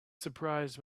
surprised